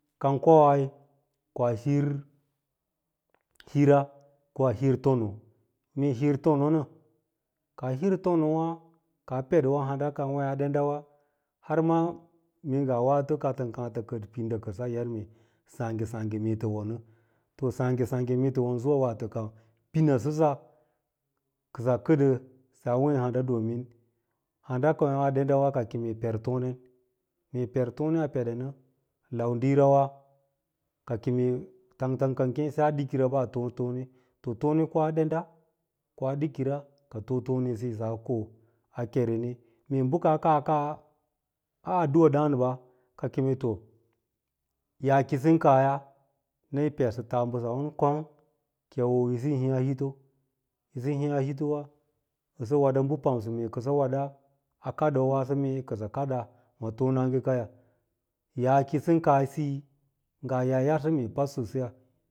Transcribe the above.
Kan koi kaa hir hira a hir tono mee hir tonon nə kaa hir tonowa kaa pediwa handa kaa neeyaa dandaawa hav ma mee ngaa waato katən kaa tə kəd pina kəsa yar mee saage-saagə-saage mee yar wone watau saage-saage-saage mee tə wonsuwa waato kak pina səsa kəsə kədə saa were handa domin handa kaaa neiya dəndawa ka keme per tonen, mee per tone a pede nə laa diirawa ka keme tanatan kan keresa a dekira paa too tone pə tone ko a dadada ko a dikira ka tone sea ko a kere ni meen bə ka kaa kaa a addua darin ba ka keme to yaa ki yi sən kaaya mee yi pədsa taa mbəsawan kom ki wo yi sə hiiya info ki yi sən hiiya infowa əsə weda bə pamsə kəsə nedaba a kaɗad naaso mee kəsə kada ma tonnagekay yaa kiyi sən kaasiyi ngaa yaa ən yarsə mee pastosiya.